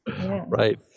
Right